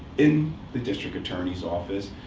in the district attorney's office.